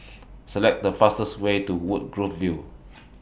Select The fastest Way to Woodgrove View